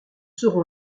serons